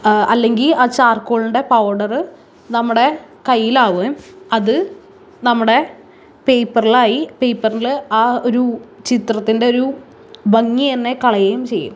അല്ലെങ്കിൽ ആ ചാർക്കോളിന്റെ പൗഡറ് നമ്മുടെ കയ്യിലാവുകയും അത് നമ്മുടെ പേപ്പർലായി പേപ്പറിൽ ആ ഒരു ചിത്രത്തിന്റെ ഒരു ഭംഗി തന്നെ കളയുകയും ചെയ്യും